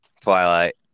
Twilight